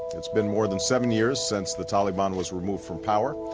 it's been more than seven years since the taliban was removed from power,